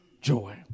joy